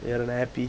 you got an appy